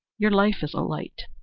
your life is a light.